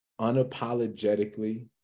unapologetically